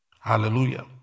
Hallelujah